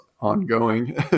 ongoing